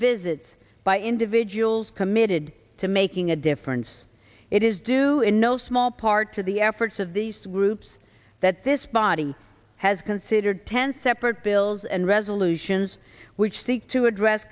visits by individuals committed to making a difference it is due in no small part to the efforts of these groups that this body has considered ten separate bills and resolutions which seek to address